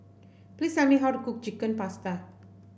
please tell me how to cook Chicken Pasta